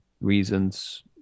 reasons